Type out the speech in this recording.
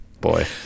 boy